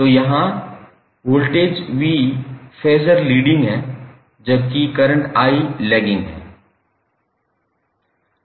तो यहाँ voltage 𝑽 phasor leading है जबकि करंट 𝑽 लैगिंग है